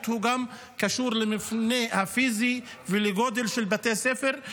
גם קשור למבנה הפיזי ולגודל של בתי הספר.